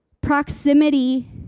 Proximity